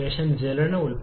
4 ന് തുല്യമാണ്